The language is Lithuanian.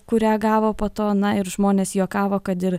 kurią gavo po to na ir žmonės juokavo kad ir